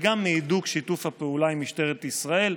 וגם מהידוק שיתוף הפעולה עם משטרת ישראל.